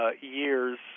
years